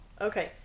Okay